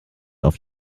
auf